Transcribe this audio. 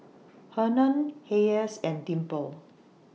Hernan Hayes and Dimple